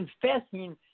confessing